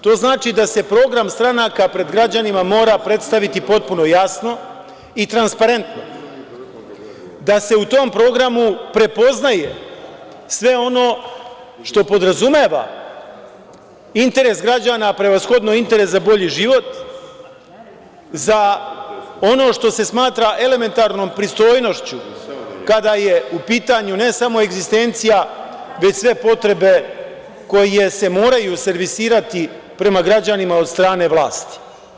To znači da se program stranaka pred građanima mora predstaviti potpuno jasno i transparentno, da se u tom programu prepoznaje sve ono što podrazumeva interes građana, prevashodno, interes za bolji život, za ono što se smatra elementarnom pristojnošću kada je u pitanju ne samo egzistencija već sve potrebe koje se moraju servisirati prema građanima od strane vlasti.